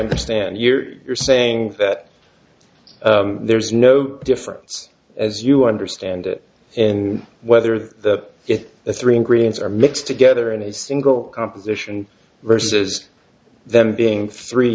understand you're saying that there's no difference as you understand it and whether the it the three ingredients are mixed together in a single composition versus them being three